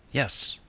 yes,